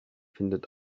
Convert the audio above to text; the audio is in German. findet